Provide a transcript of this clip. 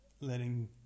letting